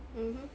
mmhmm